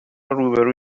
روبرو